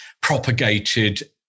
propagated